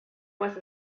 was